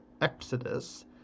Exodus